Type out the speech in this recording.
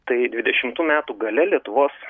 tai dvidešimtų metų gale lietuvos